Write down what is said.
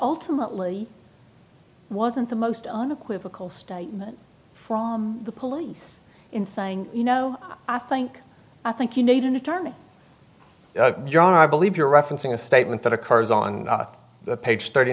ultimately wasn't the most on equivocal statement from the police in saying you know i think i think you need an attorney john i believe you're referencing a statement that occurs on the page thirty